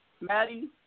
Maddie